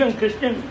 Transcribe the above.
Christian